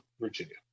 Virginia